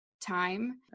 time